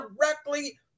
directly